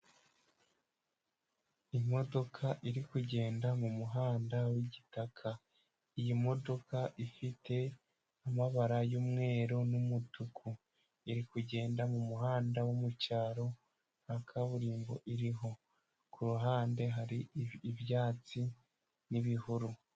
Imodoka iri kugenda mu muhanda w'igitaka, iyi modoka ifite amabara y'umweru n'umutuku, iri kugenda mu muhanda wo mu cyaro, nta kaburimbo iriho, ku ruhande hari ibyatsi n'ibihuru.